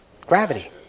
Gravity